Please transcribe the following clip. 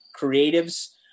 creatives